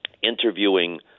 interviewing